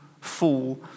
fall